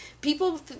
People